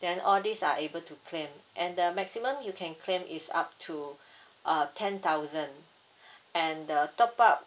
then all this are able to claim and the maximum you can claim is up to uh ten thousand and the top up